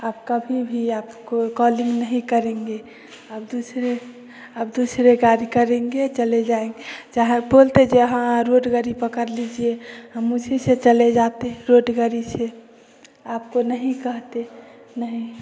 अब कभी भी आपको कॉल्लिंग नहीं करेंगे अब दूसरे अब दूसरे गाड़ी करेंगे चले जायेंगे चाहे बोल दीजिए हाँ रोड गाड़ी पकड़ लीजिए हम उसी से चले जाते रोड गाड़ी से आपको नहीं कहते नहीं